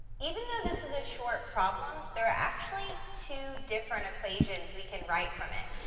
even though this is a short problem, there are, actually, two different equations we can write from it.